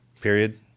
Period